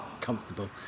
comfortable